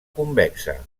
convexa